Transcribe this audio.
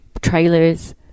trailers